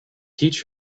teach